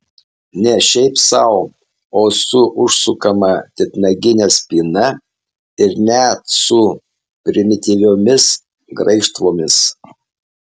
ne šiaip sau o su užsukama titnagine spyna ir net su primityviomis graižtvomis